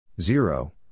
zero